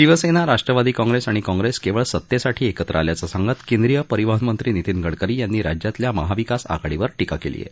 शिवसेना राष्ट्रवादी काँग्रेस आणि काँग्रेस केवळ सत्तेसाठी एकत्र आल्याचं सांगत केंद्रीय परिवहन मंत्री नितीन गडकरी यांनी राज्यातल्या महाविकास आघाडीवर र्वीका केली आहे